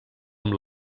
amb